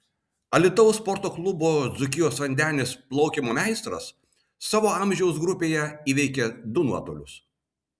alytaus sporto klubo dzūkijos vandenis plaukimo meistras savo amžiaus grupėje įveikė du nuotolius